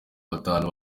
batanu